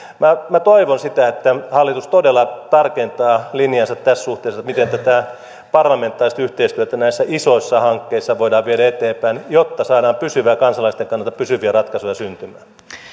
minä minä toivon sitä että hallitus todella tarkentaa linjaansa tässä suhteessa miten tätä parlamentaarista yhteistyötä näissä isoissa hankkeissa voidaan viedä eteenpäin jotta saadaan pysyviä kansalaisten kannalta pysyviä ratkaisuja syntymään